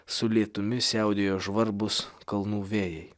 su lietumi siautėjo žvarbus kalnų vėjai